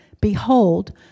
behold